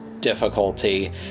difficulty